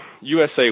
USA